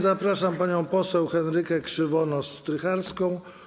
Zapraszam panią poseł Henrykę Krzywonos-Strycharską.